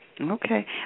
Okay